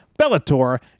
Bellator